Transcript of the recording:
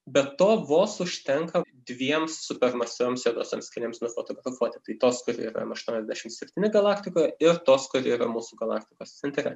be to vos užtenka dviem supermasyvioms juodosioms skylėms nufotografuoti tai tos kur yra m aštuoniasdešimt septyni galaktikoje ir tos kuri yra mūsų galaktikos centre